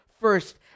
first